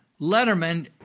Letterman